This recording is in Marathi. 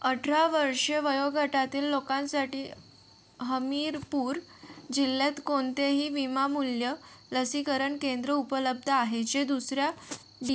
अठरा वर्ष वयोगटातील लोकांसाठी हमीरपूर जिल्ह्यात कोणतेही विनामूल्य लसीकरण केंद्र उपलब्ध आहे जे दुसऱ्या दि